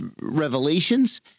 revelations